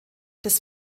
des